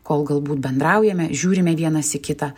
kol galbūt bendraujame žiūrime vienas į kitą